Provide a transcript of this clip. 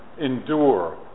endure